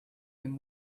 him